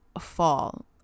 fall